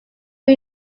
who